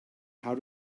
how